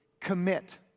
commit